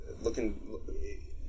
looking